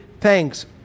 thanks